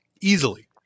easily